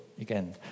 again